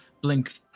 blink